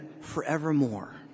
forevermore